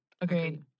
Agreed